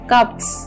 Cups